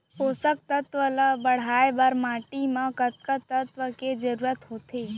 पोसक तत्व ला बढ़ाये बर माटी म कतका तत्व के जरूरत होथे?